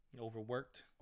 Overworked